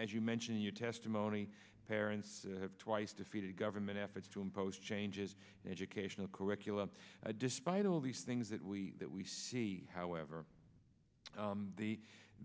as you mentioned in your testimony parents have twice defeated government efforts to impose changes in educational curriculum despite all these things that we that we see however